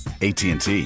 ATT